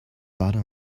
butter